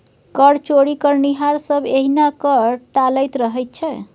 कर चोरी करनिहार सभ एहिना कर टालैत रहैत छै